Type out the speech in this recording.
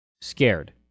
scared